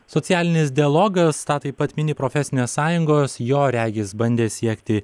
socialinis dialogas tą taip pat mini profesinės sąjungos jo regis bandė siekti